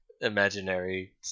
imaginary